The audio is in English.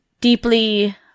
deeply